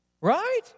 Right